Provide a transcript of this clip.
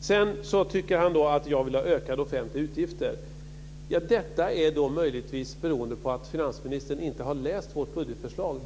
Sedan tycker han att jag vill ha ökade offentliga utgifter. Detta beror möjligtvis på att finansministern inte har läst vårt budgetförslag.